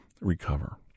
recover